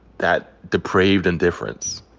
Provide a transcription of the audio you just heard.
that depraved indifference,